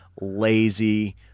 lazy